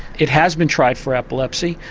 it has been tried for epilepsy.